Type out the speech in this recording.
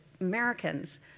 Americans